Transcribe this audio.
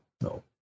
no